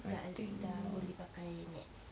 dah err dah boleh pakai NETS